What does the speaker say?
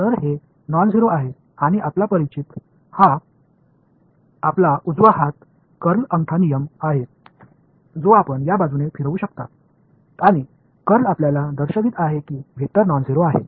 तर हे non zero आहे आणि आपला परिचित हा आपला उजवा हात कर्ल अंगठा नियम आहे जो आपण या बाजूने फिरवू शकता आणि कर्ल आपल्याला दर्शवित आहे की वेक्टर नॉन झेरो आहे